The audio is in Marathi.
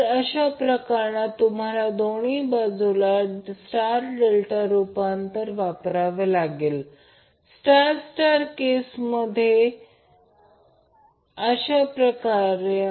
तर अशा प्रकरणात तुम्हाला दोन्ही बाजूला स्टार डेल्टा रूपांतर वापरावे लागेल आणि स्टार स्टार केसमध्ये करावे लागेल